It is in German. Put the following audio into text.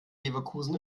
leverkusen